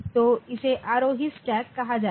तो इसे आरोही स्टैक कहा जाएगा